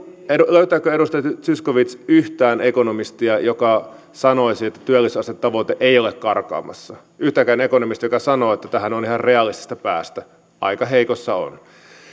löytääkö edustaja zyskowicz yhtään ekonomistia joka sanoisi että työllisyysastetavoite ei ole karkaamassa yhtäkään ekonomistia joka sanoisi että tähän on ihan realistista päästä aika heikossa on